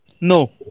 No